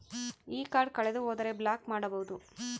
ಈ ಕಾರ್ಡ್ ಕಳೆದು ಹೋದರೆ ಬ್ಲಾಕ್ ಮಾಡಬಹುದು?